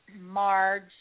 Marge